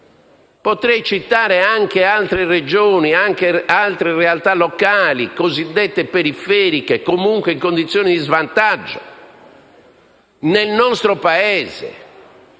Potrei citare anche altre Regioni, altre realtà locali, cosiddette periferiche o comunque in condizioni di svantaggio nel nostro Paese,